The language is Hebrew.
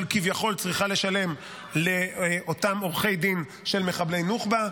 כביכול צריכה לשלם לאותם עורכי דין של מחבלי נוח'בה.